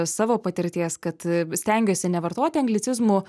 savo patirties kad stengiuosi nevartoti anglicizmų